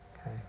Okay